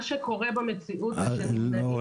מה שקורה במציאות זה שרשויות הפיקוח נמנעות משלילת רישיון.